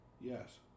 Yes